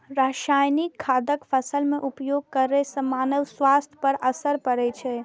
रासायनिक खादक फसल मे उपयोग करै सं मानव स्वास्थ्य पर असर पड़ै छै